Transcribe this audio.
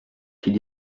qu’il